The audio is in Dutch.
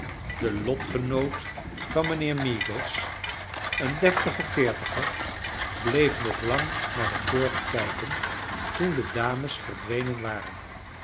de lofc genoot van mijnheer meagles een deftige veertiger bleef nog lang naar de poort kijken toen de dames ver dwenen waren